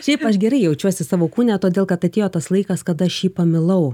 šiaip aš gerai jaučiuosi savo kūne todėl kad atėjo tas laikas kada aš jį pamilau